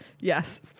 yes